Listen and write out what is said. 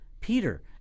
peter